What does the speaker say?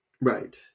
Right